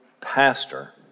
pastor